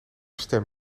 stem